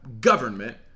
government